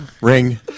Ring